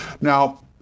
Now